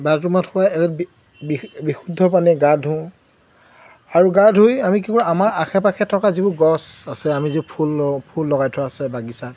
বাথৰুমত সোমাই বিশুদ্ধ পানী গা ধোওঁ আৰু গা ধুই আমি কি কৰোঁ আমাৰ আশে পাশে থকা যিবোৰ গছ আছে আমি যি ফুল ফুল লগাই থোৱা আছে বাগিচাত